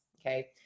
Okay